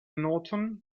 norton